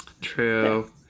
True